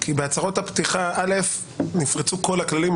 כי בהצהרות הפתיחה נפרצו כל הכללים.